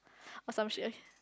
assumption